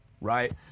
Right